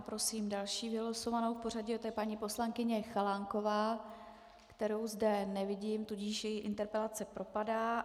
Prosím další vylosovanou v pořadí, tou je paní poslankyně Chalánková, kterou zde nevidím, tudíž její interpelace propadá.